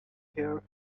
hear